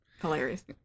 Hilarious